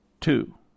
Two